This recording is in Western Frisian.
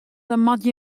moatte